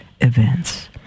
events